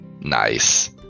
Nice